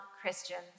Christians